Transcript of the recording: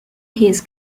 his